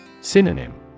Synonym